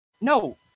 No